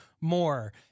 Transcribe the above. more